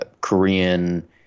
Korean